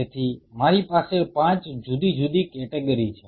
તેથી મારી પાસે 5 જુદી જુદી કેટેગરી છે